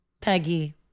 peggy